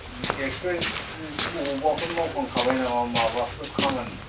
experience अबावबाफोर मावखांखाबाय नामा माबाफोर खामानि